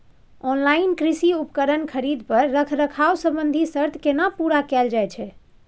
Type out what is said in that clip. Online कृषि उपकरण खरीद पर रखरखाव संबंधी सर्त केना पूरा कैल जायत छै?